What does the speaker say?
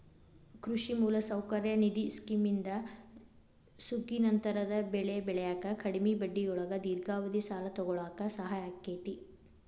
ಕೃಷಿ ಮೂಲಸೌಕರ್ಯ ನಿಧಿ ಸ್ಕಿಮ್ನಿಂದ ಸುಗ್ಗಿನಂತರದ ಬೆಳಿ ಬೆಳ್ಯಾಕ ಕಡಿಮಿ ಬಡ್ಡಿಯೊಳಗ ದೇರ್ಘಾವಧಿ ಸಾಲ ತೊಗೋಳಾಕ ಸಹಾಯ ಆಕ್ಕೆತಿ